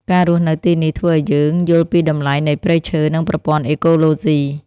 ការរស់នៅទីនេះធ្វើឱ្យយើងយល់ពីតម្លៃនៃព្រៃឈើ និងប្រព័ន្ធអេកូឡូស៊ី។